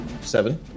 Seven